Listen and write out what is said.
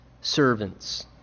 servants